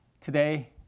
today